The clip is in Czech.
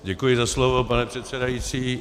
Děkuji za slovo, pane předsedající.